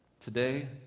today